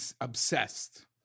obsessed